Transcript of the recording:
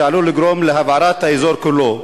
שעלול לגרום להבערת האזור כולו.